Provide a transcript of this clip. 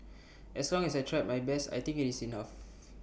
as long as I tried my best I think IT is enough